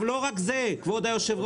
לא רק זה, כבוד היושב-ראש.